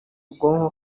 bwonko